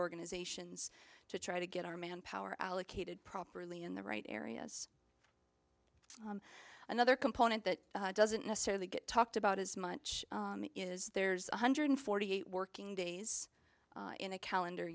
reorganizations to try to get our manpower allocated properly in the right areas another component that doesn't necessarily get talked about as much is there's one hundred forty eight working days in a calendar